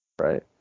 Right